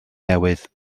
newydd